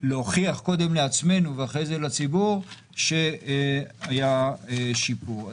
להוכיח קודם לעצמנו ואחרי זה לציבור שהיה שיפור.